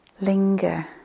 Linger